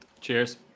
Cheers